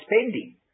spending